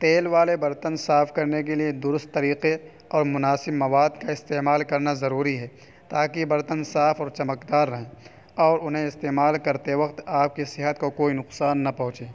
تیل والے برتن صاف کرنے کے لیے درست طریقے اور مناسب مواد کا استعمال کرنا ضروری ہے تاکہ برتن صاف اور چمکدار رہیں اور انہیں استعمال کرتے وقت آپ کی صحت کو کوئی نقصان نہ پہنچے